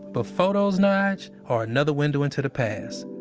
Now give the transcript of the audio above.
but photos, nige are another window into the past.